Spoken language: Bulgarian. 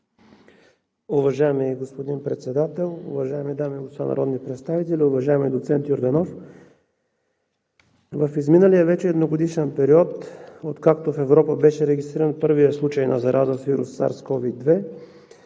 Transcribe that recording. Уважаеми господин Председател, уважаеми дами и господа народни представители! Уважаеми доцент Йорданов, в изминалия вече едногодишен период, откакто в Европа беше регистриран първият случай на зараза с вирус Sars-CoV-2,